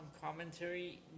commentary